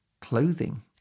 clothing